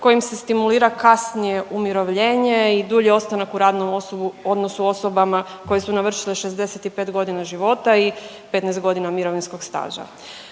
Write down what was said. kojim se stimulira kasnije umirovljenje i dulji ostanak u radnom odnosu osobama koje su navršile 65 godina života i 15 godina mirovinskog staža,